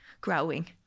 growing